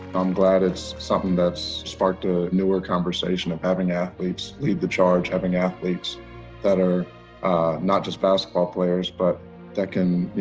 i'm glad it's something that's sparked a newer conversation of having athletes lead the charge, having athletes are not just basketball players, but that can,